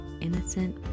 innocent